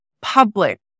public